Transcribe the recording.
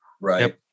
Right